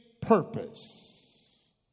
purpose